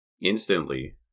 instantly